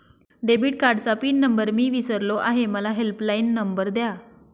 debit कार्डचा pin number मी विसरलो आहे मला हेल्पलाइन नंबर द्या